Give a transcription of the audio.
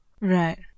Right